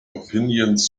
opinions